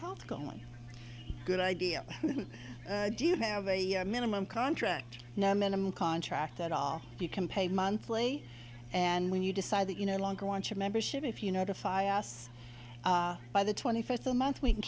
health going good idea do you have a minimum contract no minimum contract at all you can pay monthly and when you decide that you no longer want your membership if you notify us by the twenty fifth a month we can